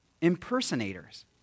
impersonators